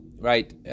right